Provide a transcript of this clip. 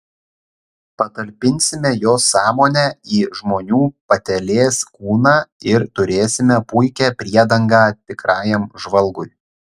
patalpinsime jos sąmonę į žmonių patelės kūną ir turėsime puikią priedangą tikrajam žvalgui